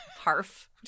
harf